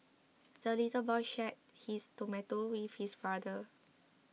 the little boy shared his tomato with his brother